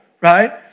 right